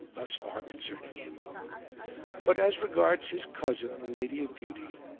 thus far concerning him but as regards his cousin, the lady of beauty,